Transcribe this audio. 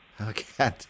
Okay